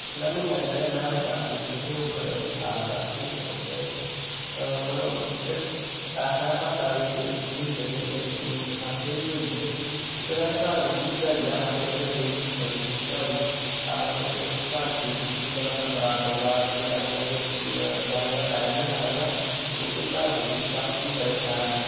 पिछले म्हीनै जेह्ड़े मैं ओह् चाकू खरीदे ओह् बड़े शैल चाकू हे ते मतलब इस पैसे स्हाबै बी ठीक हे एह् सस्ते बी थ्होई गे ते कन्नै घर मिगी भजाई गेआ हा ते एह्दे लेई मिगी बड़ी सुविधा होई तां के मिगी घर चीज़ पुज्जी तां के में बजार रोज़ जाने दा टाइम नेहा लगदा ते मिगी ओह् घर पुज्जी ते चाकू बी बड़े शैल न